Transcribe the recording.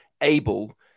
able